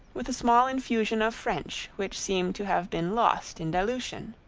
with a small infusion of french which seemed to have been lost in dilution.